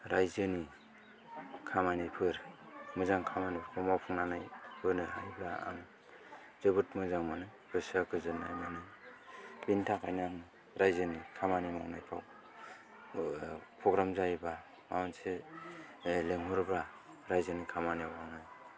रायजोनि खामानिफोर मोजां खामानिखौ मावफुंनानै होनो हायोब्ला आं जोबोद मोजां मोनो गोसोआ गोजोननाय मोनो बिनि थाखायनो आं रायजो नि खामानि मावनायखौ प्रग्राम जायोबा माबा मोनसे लेंहरोबा रायजोनि खामानियाव आं